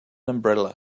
umbrella